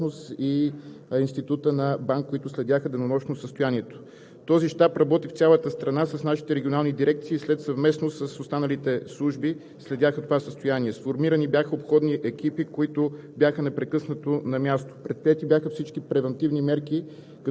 заедно със служителите на Главна дирекция „Пожарна безопасност“ и Института на БАН, които следяха денонощно състоянието. Този щаб работи в цялата страна с нашите регионални дирекции и съвместно с останалите служби следяха това състояние. Сформирани бяха обходни екипи, които